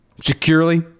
securely